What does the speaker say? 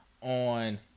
On